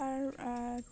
তাৰ